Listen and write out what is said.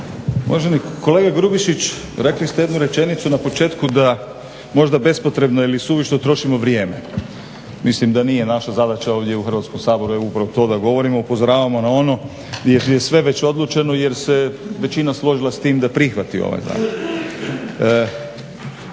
Uvaženi kolega Grubišić, rekli ste jednu rečenicu na početku da možda bespotrebno ili suvišno trošimo vrijeme. Mislim da nije naša zadaća ovdje u Hrvatskom saboru je upravo to da govorimo. Upozoravamo na ono gdje je sve već odlučeno, jer se većina složila s tim da prihvati ovaj zakon.